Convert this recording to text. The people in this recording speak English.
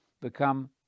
become